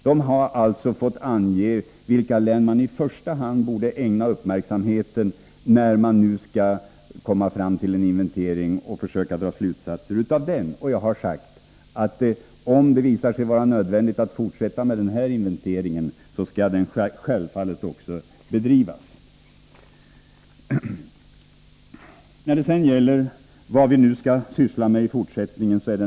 Dessa experter har fått ange vilka län man i första hand borde ägna uppmärksamhet när man nu skall komma fram till en inventering och försöka dra slutsatser av den. Jag har sagt att om det visar sig nödvändigt att fortsätta denna inventering, så skall den självfallet fortsätta.